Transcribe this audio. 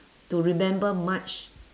to remember much